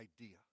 idea